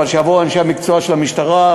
אבל יבואו אנשי המקצוע של המשטרה,